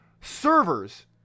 servers